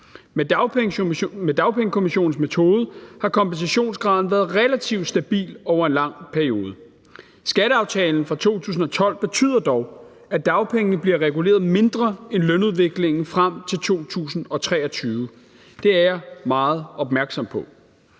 Med Dagpengekommissionens metode har kompensationsgraden været relativt stabil over en lang periode. Skatteaftalen fra 2012 betyder dog, at dagpengene bliver reguleret mindre end lønudviklingen frem til 2023. Det er jeg meget opmærksom på.